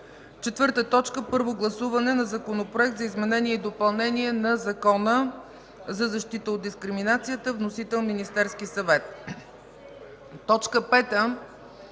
4. Първо гласуване на Законопроект за изменение и допълнение на Закона за защита от дискриминация. Вносител: Министерският съвет.